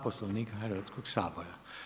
Poslovnika Hrvatskog sabora.